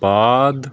ਬਾਅਦ